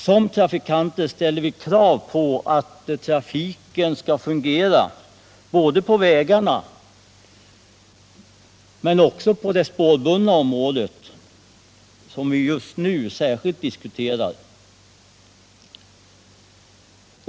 Som trafikanter ställer vi krav på att trafiken skall fungera både på vägarna och på det spårbundna området, som vi just nu debatterar.